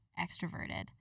extroverted